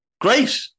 Great